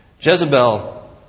Jezebel